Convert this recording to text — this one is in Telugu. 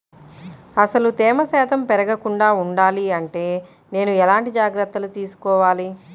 అసలు తేమ శాతం పెరగకుండా వుండాలి అంటే నేను ఎలాంటి జాగ్రత్తలు తీసుకోవాలి?